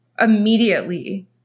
immediately